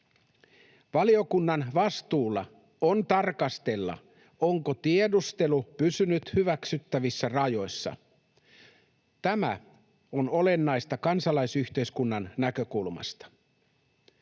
Valiokunnan vastuulla on tarkastella, onko tiedustelu pysynyt hyväksyttävissä rajoissa. Tämä on olennaista kansalaisyhteiskunnan näkökulmasta.